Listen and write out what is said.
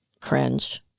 cringe